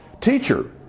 teacher